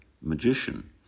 magician